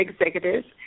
Executives